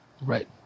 Right